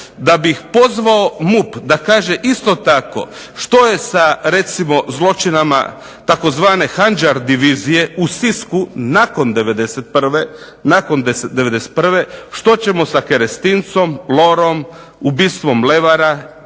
da bih pozvao MUP da kaže isto tako što je sa recimo zločinima tzv. handžar divizije u Sisku nakon '91., što ćemo sa Kerestincom, Lorom, ubistvom Levara,